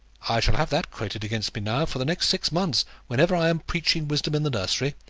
i shall have that quoted against me, now, for the next six months, whenever i am preaching wisdom in the nursery.